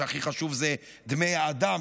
הכי חשוב הוא דמי האדם,